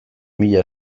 mila